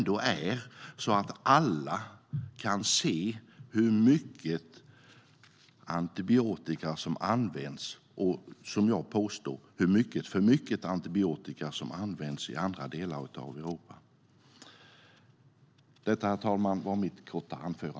Då kan alla se hur mycket antibiotika som används, vilket jag påstår är för mycket, i andra delar av Europa.